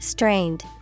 Strained